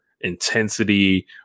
intensity